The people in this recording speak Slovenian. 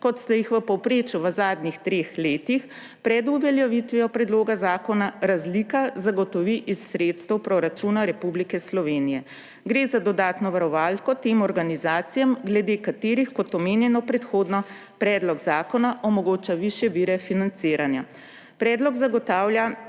kot sta jih v povprečju v zadnjih treh letih pred uveljavitvijo predloga zakona, razlika zagotovi iz sredstev proračuna Republike Slovenije. Gre za dodatno varovalko tem organizacijam, glede katerih, kot omenjeno predhodno, predlog zakona omogoča višje vire financiranja. Predlog zagotavlja